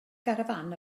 garafán